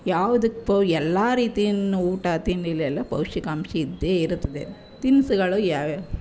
ಯಾವುದಿತ್ತೋ ಎಲ್ಲ ರೀತಿಯೂ ಊಟ ತಿಂಡಿಲೆಲ್ಲ ಪೌಷ್ಟಿಕಾಂಶ ಇದ್ದೇ ಇರುತ್ತದೆ ತಿನಿಸುಗಳು ಯಾವ್ಯಾವು